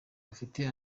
bafite